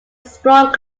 strong